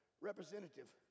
representative